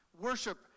Worship